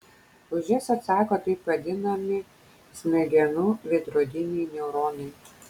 už jas atsako taip vadinami smegenų veidrodiniai neuronai